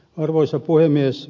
arvoisa puhemies